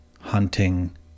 hunting